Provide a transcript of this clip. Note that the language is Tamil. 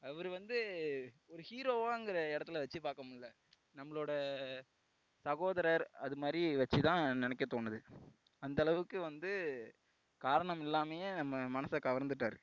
அவரு வந்து ஒரு ஹீரோவாங்கிற இடத்துல வச்சு பார்க்க முடில நம்மளோடய சகோதரர் அது மாதிரி வச்சு தான் நினைக்கத் தோணுது அந்த அளவுக்கு வந்து காரணம் இல்லாமையே நம்ம மனசை கவர்ந்துட்டார்